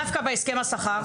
דווקא בהסכם השכר,